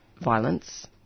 violence